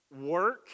work